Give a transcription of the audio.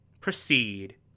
proceed